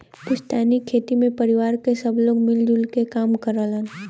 पुस्तैनी खेती में परिवार क सब लोग मिल जुल क काम करलन